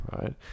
right